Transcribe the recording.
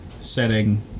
setting